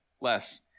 less